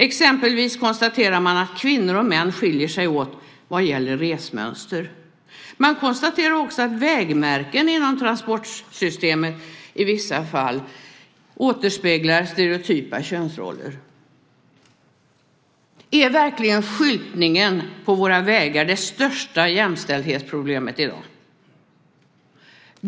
Exempelvis konstaterar man att kvinnor och män skiljer sig åt vad gäller resmönster. Man konstaterar också att vägmärken inom transportsystemet i vissa fall återspeglar stereotypa könsroller. Är verkligen skyltningen på våra vägar det största jämställdhetsproblemet i dag?